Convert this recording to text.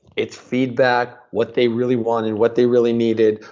its feedback, what they really wanted, what they really needed,